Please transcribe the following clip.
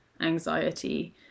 anxiety